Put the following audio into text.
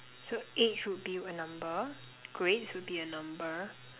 so age would be a number grades would be a number